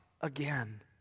again